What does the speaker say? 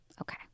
Okay